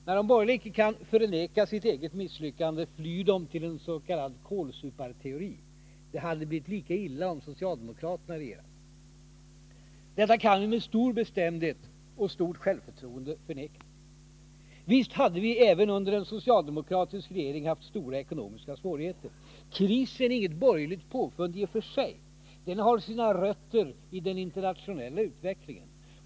När de borgerliga icke kan förneka sitt eget misslyckande flyr de till en s.k. kålsuparteori: Det hade blivit lika illa om socialdemokraterna regerat. Detta kan vi med stor bestämdhet och stort självförtroende förneka. Visst hade vi även under en socialdemokratisk regering haft stora ekonomiska svårigheter. Krisen är i och för sig inget borgerligt påfund. Den har sina rötter i den internationella utvecklingen.